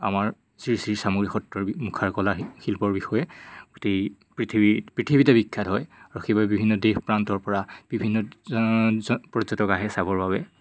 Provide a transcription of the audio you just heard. আমাৰ শ্ৰী শ্ৰী চামগুৰি সত্ৰৰ মুখা কলা শিল্পৰ বিষয়ে গোটেই পৃথিৱী পৃথিৱীতে বিখ্যাত হয় আৰু সেইবাবে বিভিন্ন দেশ প্ৰান্তৰ পৰা বিভিন্ন পৰ্যটক আহে চাবৰ বাবে